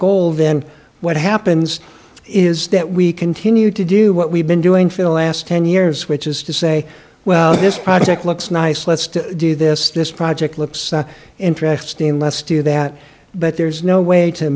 goal then what happens is that we continue to do what we've been doing for the last ten years which is to say well this project looks nice let's do this this project looks interesting let's do that but there's no way to